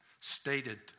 stated